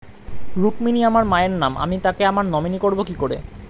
রুক্মিনী আমার মায়ের নাম আমি তাকে আমার নমিনি করবো কি করে?